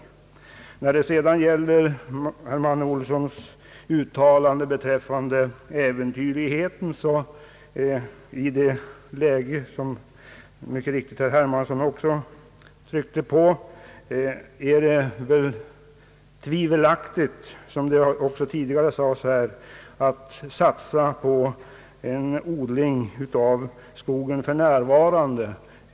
Beträffande herr Manne Olssons uttalande om äventyrligheten vill jag instämma i att det i detta läge, som också tidigare sagts här, är tvivelaktigt att satsa på odling av skog.